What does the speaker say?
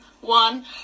one